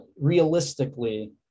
realistically